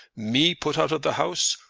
me put out of the house!